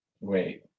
Wait